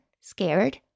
scared